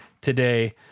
today